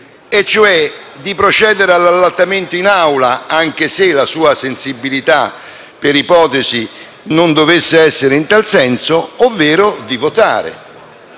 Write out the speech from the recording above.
e cioè di procedere all'allattamento in Aula anche se la sua sensibilità, per ipotesi, non dovesse essere in tal senso ovvero di votare,